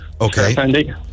Okay